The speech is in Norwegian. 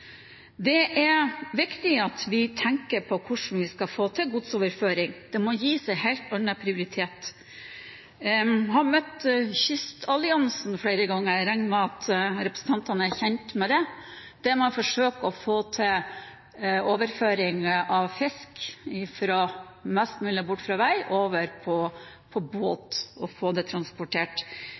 Det er viktig at vi tenker på hvordan vi skal få til godsoverføring. Det må gis en helt annen prioritet. Jeg har møtt Kysthavnalliansen flere ganger – jeg regner med at representantene er kjent med det – der man forsøker å få overført transport av fisk mest mulig bort fra vei og over på båt. Nå sitter man egentlig og